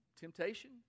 temptation